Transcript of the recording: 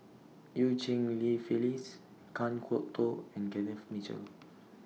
EU Cheng Li Phyllis Kan Kwok Toh and Kenneth Mitchell